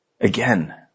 Again